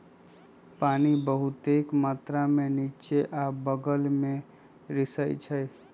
पानी बहुतेक मात्रा में निच्चे आ बगल में रिसअई छई